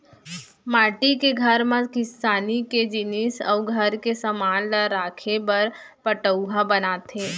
माटी के घर म किसानी के जिनिस अउ घर के समान ल राखे बर पटउहॉं बनाथे